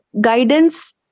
guidance